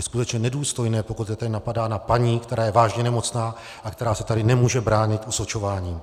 Je skutečně nedůstojné, pokud je tady napadána paní, která je vážně nemocná a která se tady nemůže bránit osočování.